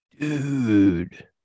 Dude